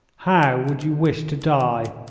how would you wish to die?